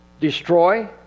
destroy